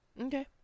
Okay